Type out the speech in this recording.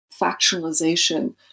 factualization